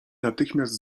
natychmiast